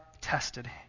tested